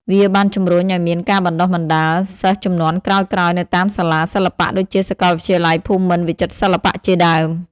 វាបានជំរុញឱ្យមាន ការបណ្តុះបណ្តាល សិស្សជំនាន់ក្រោយៗនៅតាមសាលាសិល្បៈដូចជាសាកលវិទ្យាល័យភូមិន្ទវិចិត្រសិល្បៈជាដើម។